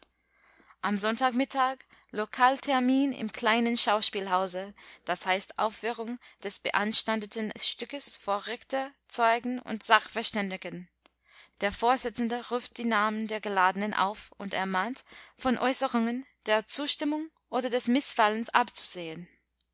am sonntag mittag lokaltermin im kleinen schauspielhause das heißt aufführung des beanstandeten stückes vor richter zeugen und sachverständigen der vorsitzende ruft die namen der geladenen auf und ermahnt von äußerungen der zustimmung oder des mißfallens abzusehen